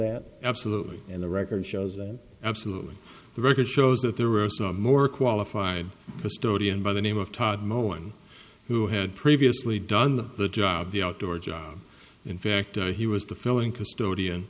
that absolutely and the record shows that absolutely the record shows that there were more qualified historian by the name of todd mowen who had previously done the job the outdoor job in fact he was the filling custodian